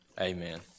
amen